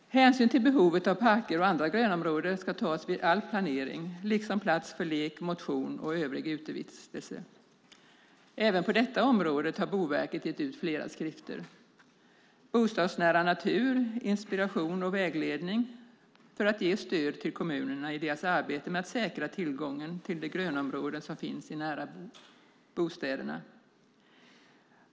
Hänsyn till behovet av parker och andra grönområden ska tas vid all planering, liksom plats för lek, motion och övrig utevistelse. Även på detta område har Boverket gett ut flera skrifter. Bostadsnära natur - inspiration och vägledning ska ge stöd till kommunerna i deras arbete med att säkra tillgången till de grönområden som finns nära bostäderna.